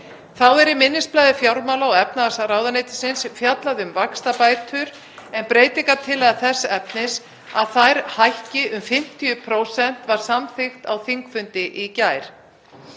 Þá er í minnisblaði fjármála- og efnahagsráðuneytisins fjallað um vaxtabætur en breytingartillaga þess efnis að þær hækki um 50% var samþykkt á þingfundi í gær.